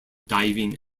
diving